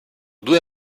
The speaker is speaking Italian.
due